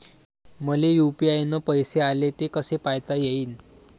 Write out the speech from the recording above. मले यू.पी.आय न पैसे आले, ते कसे पायता येईन?